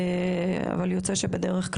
אפשר גם בתחום הזה.